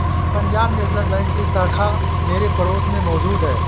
Punjab national bank की शाखा मेरे पड़ोस में मौजूद है